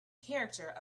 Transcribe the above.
character